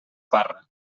parra